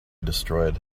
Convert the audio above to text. destroyed